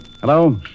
Hello